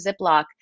Ziploc